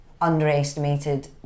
underestimated